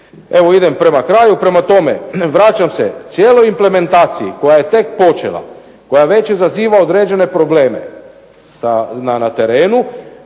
Evo idem prema kraju, prema tome vraćam se cijeloj implementaciji koja je već počela koja izaziva određene probleme na terenu.